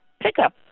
pickup